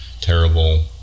terrible